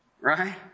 Right